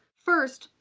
first,